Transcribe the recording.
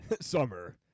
Summer